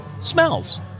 smells